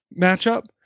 matchup